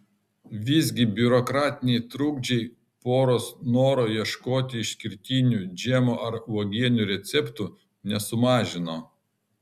visgi biurokratiniai trukdžiai poros noro ieškoti išskirtinių džemo ar uogienių receptų nesumažino